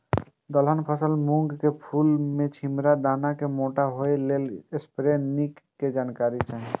दलहन फसल मूँग के फुल में छिमरा में दाना के मोटा होय लेल स्प्रै निक के जानकारी चाही?